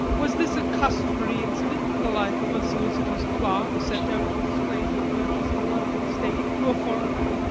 was this a customary incident in the life of a solicitor's clerk sent out to explain the purchase of a london estate to a foreigner?